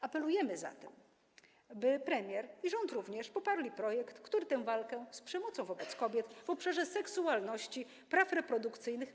Apelujemy zatem, by premier i rząd również poparli projekt, który tę walkę z przemocą wobec kobiet w obszarze seksualności, praw reprodukcyjnych.